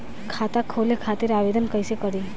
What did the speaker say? खाता खोले खातिर आवेदन कइसे करी?